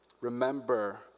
Remember